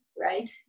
Right